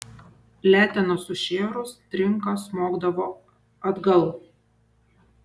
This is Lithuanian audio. letena sušėrus trinka smogdavo atgal